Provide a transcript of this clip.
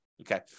Okay